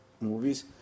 movies